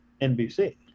NBC